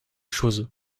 choses